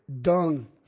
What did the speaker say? dung